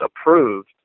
approved